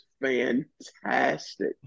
fantastic